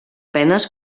penes